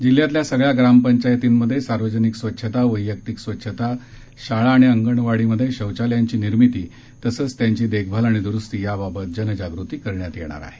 जिल्ह्यातल्या सगळ्या ग्रामपंचायतीमध्ये सार्वजनिक स्वच्छता वैयक्तिक स्वच्छता शाळा आणि अंगणवाडीत शौचालयांची निर्मिती तसंच त्यांची देखभाल द्रुस्ती याबाबत जनजाग़ती करण्यात येणार आहे